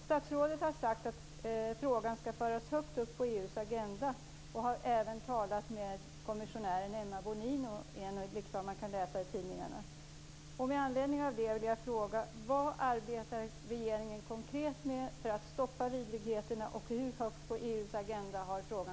Statsrådet har sagt att frågan skall föras högt upp på EU:s agenda och har även talat med kommissionären Emma Bonino, enligt vad man kan läsa i tidningarna.